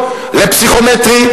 לפסיכומטרי,